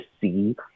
see